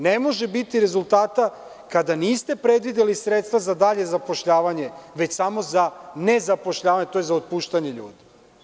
Ne može biti rezultata kada niste predvideli sredstva za dalje zapošljavanje, već samo za nezapošljavanje, tj. za otpuštanje ljudi.